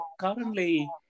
currently